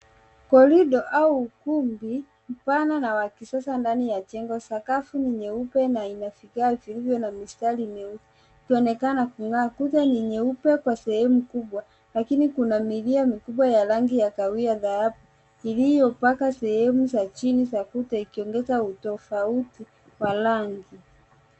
Korido au ukumbi pana na wa kisasa ndani ya jengo. Sakafu ni nyeupe na ina vigae vilivyo na mistari nyeupe ikionekana kung'aa. Kuta ni nyeupe kwa sehemu kubwa lakini kuna milia mikubwa ya rangi ya kahawia dhahabu iliyopauka sehemu za chini za kuta ikiongeza utofauti wa rangi.